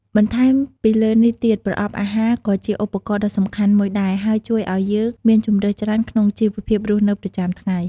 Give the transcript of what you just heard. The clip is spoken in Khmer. បន្ថែមពីលើនេះទៀត ប្រអប់អាហារក៏ជាឧបករណ៍ដ៏សំខាន់មួយដែរ ហើយជួយឲ្យយើងមានជម្រើសច្រើនក្នុងជីវភាពរស់នៅប្រចាំថ្ងៃ។